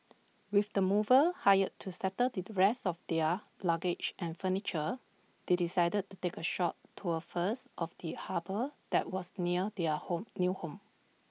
with the movers hired to settle the rest of their luggage and furniture they decided to take A short tour first of the harbour that was near their home new home